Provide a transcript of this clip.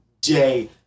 day